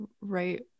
right